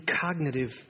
cognitive